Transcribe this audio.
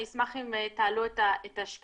אני אשמח אם תעלו את השקפים.